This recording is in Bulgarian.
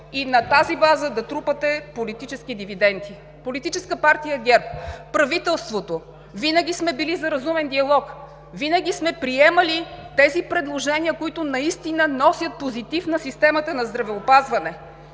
и на тази база да трупате политически дивиденти. Политическа партия ГЕРБ, правителството винаги сме били за разумен диалог, винаги сме приемали тези предложения, които наистина носят позитив на системата на здравеопазване,